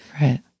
Right